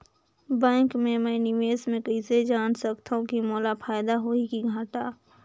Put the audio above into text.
Bank मे मैं निवेश मे कइसे जान सकथव कि मोला फायदा होही कि घाटा?